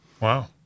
Wow